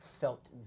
felt